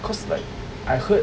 because like I heard